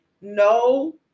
No